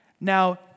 now